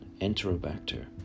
Enterobacter